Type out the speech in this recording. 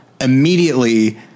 immediately